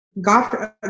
God